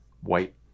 white